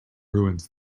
ruins